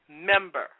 member